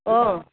औ